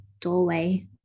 doorway